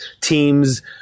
team's